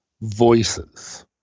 voices